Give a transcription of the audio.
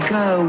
go